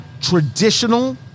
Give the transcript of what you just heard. traditional